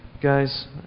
guys